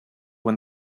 when